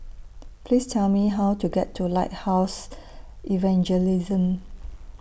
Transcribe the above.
Please Tell Me How to get to Lighthouse Evangelism